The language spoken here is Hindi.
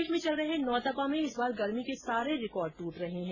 प्रदेश में चल रहे नोतपा में इस बार गर्मी के सारे रिकॉर्ड ट्रट रहे है